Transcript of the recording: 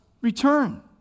return